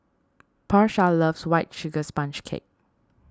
Porsha loves White Sugar Sponge Cake